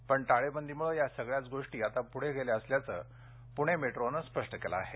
पण टाळेबंदीमुळे या सगळ्याच गोष्टी आता पुढे गेल्या असल्याचं पुणे मेट्रोने स्पष्ट केलं आहे